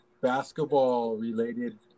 basketball-related